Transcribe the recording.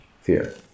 fear